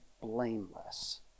blameless